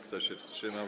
Kto się wstrzymał?